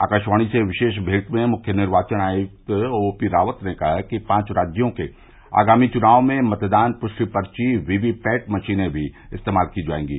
आकाशवाणी से विशेष मेंट में मुख्य निर्वाचन आयक्त ओ पी रावत ने कहा कि पांच राज्यों के आगामी चुनाव में मतदान पुष्टि पर्ची वी वी पैट मशीनें भी इस्तेमाल की जाएंगी